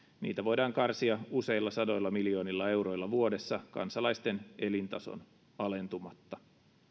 niitä voidaan karsia useilla sadoilla miljoonilla euroilla vuodessa kansalaisten elintason alentumatta